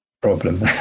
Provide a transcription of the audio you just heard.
problem